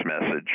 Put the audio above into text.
message